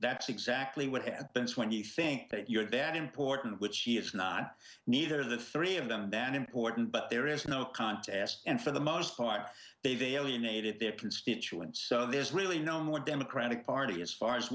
that's exactly what at bent's when you think that your dad important which he is not neither the three of them then important but there is no contest and for the most part they've alienated their constituents so there's really no more democratic party as far as